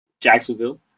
Jacksonville